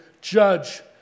judge